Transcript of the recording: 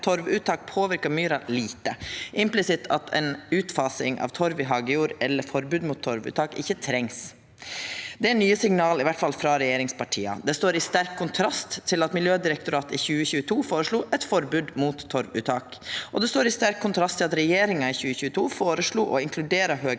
torvuttak påverkar myra lite – det er implisitt at ei utfasing av torv i hagejord eller forbod mot torvuttak ikkje trengst. Det er nye signal, i alle fall frå regjeringspartia. Det står i sterk kontrast til at Miljødirektoratet i 2022 føreslo eit forbod mot torvuttak, og det står i sterk kontrast til at regjeringa i 2022 føreslo å inkludera høgmyr